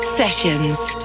Sessions